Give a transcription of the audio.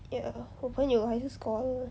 ya 我朋友还是 scholar